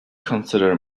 consider